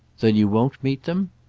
then you won't meet them?